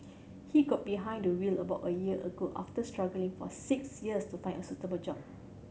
he got behind the wheel about a year ago after struggling for six years to find a suitable job